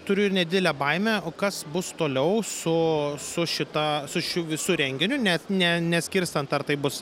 turiu nedidelę baimę o kas bus toliau su su šita su šiuo visu renginiu net ne neskirstant ar tai bus